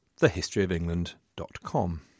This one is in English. thehistoryofengland.com